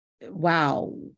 wow